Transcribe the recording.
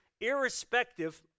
irrespective